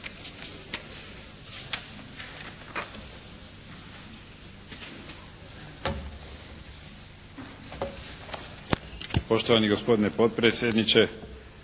Poštovani gospodine potpredsjedniče,